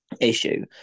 issue